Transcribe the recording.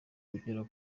kugera